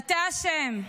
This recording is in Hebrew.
אתה אשם.